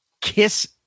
Kiss